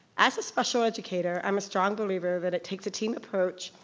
as a special educator, i'm a strong believer that it takes a team approach,